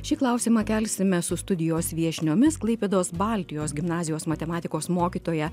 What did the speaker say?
šį klausimą kelsime su studijos viešniomis klaipėdos baltijos gimnazijos matematikos mokytoja